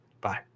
Bye